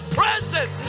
present